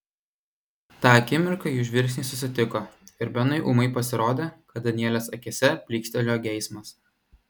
tą akimirką jų žvilgsniai susitiko ir benui ūmai pasirodė kad danielės akyse plykstelėjo geismas